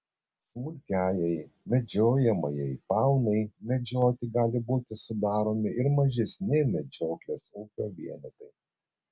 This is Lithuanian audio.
smulkiajai medžiojamajai faunai medžioti gali būti sudaromi ir mažesni medžioklės ūkio vienetai